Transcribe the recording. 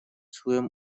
своём